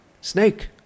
snake